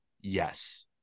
Yes